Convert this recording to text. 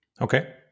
Okay